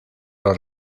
los